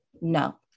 no